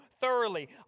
thoroughly